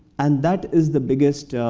and that is the biggest,